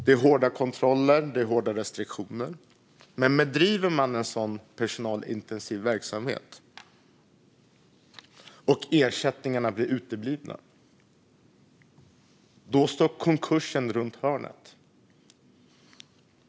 Det är också hårda kontroller och restriktioner. Om man driver en sådan personalintensiv verksamhet och ersättningarna uteblir väntar konkursen runt hörnet.